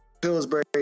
Pillsbury